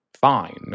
fine